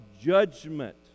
judgment